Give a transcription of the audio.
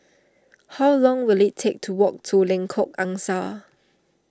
how long will it take to walk to Lengkok Angsa